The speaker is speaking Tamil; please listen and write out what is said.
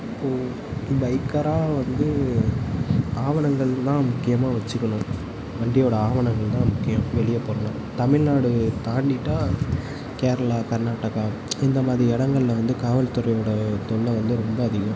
இப்போது பைக்கராக வந்து ஆவணங்கள் தான் முக்கியமாக வைச்சுக்கணும் வண்டியோடய ஆவணங்கள் தான் முக்கியம் வெளியே போறயில தமிழ்நாடு தாண்டிட்டால் கேரளா கர்நாட்டகா இந்த மாதிரி இடங்கள்ல வந்து காவல்துறையோடய தொல்லை வந்து ரொம்ப அதிகம்